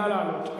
נא לעלות.